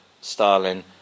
Stalin